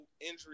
injury